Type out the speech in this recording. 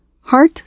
Heart